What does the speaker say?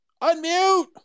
Unmute